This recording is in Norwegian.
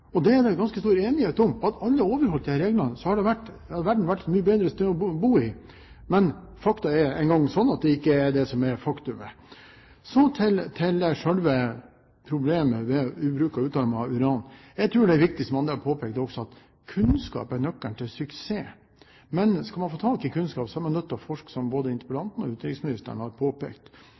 Det er det ganske stor enighet om. Hadde alle overholdt disse reglene, hadde verden vært et mye bedre sted å bo. Men det er nå engang sånn at det ikke er et faktum. Så til selve problemet ved å bruke utarmet uran. Jeg tror det er viktig, som andre også har påpekt, at kunnskap er nøkkelen til suksess, men skal man få kunnskap, er man nødt til å forske – som både interpellanten og utenriksministeren har påpekt.